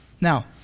Now